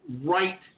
right